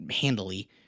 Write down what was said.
handily